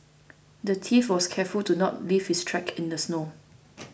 the thief was careful to not leave his tracks in the snow